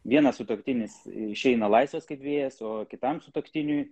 vienas sutuoktinis išeina laisvas kaip vėjas o kitam sutuoktiniui